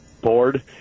board